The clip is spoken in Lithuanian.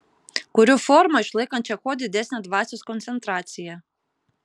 kuriu formą išlaikančią kuo didesnę dvasios koncentraciją